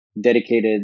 dedicated